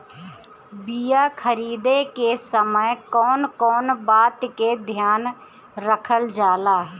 बीया खरीदे के समय कौन कौन बात के ध्यान रखल जाला?